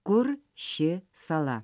kur ši sala